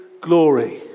glory